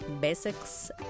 Basics